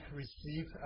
receive